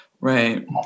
Right